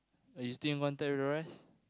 are you still in contact with the rest